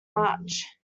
much